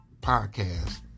podcast